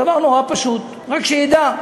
דבר נורא פשוט, רק שידע.